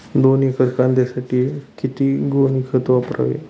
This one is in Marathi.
दोन एकर कांद्यासाठी किती गोणी खत वापरावे?